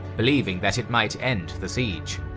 believing that it might end the siege.